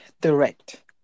direct